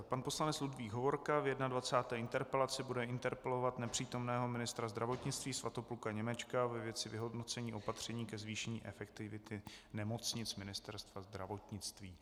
Pan poslanec Ludvík Hovorka v 21. interpelaci bude interpelovat nepřítomného ministra zdravotnictví Svatopluka Němečka ve věci vyhodnocení opatření ke zvýšení efektivity nemocnic Ministerstva zdravotnictví.